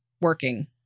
working